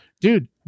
Dude